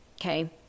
okay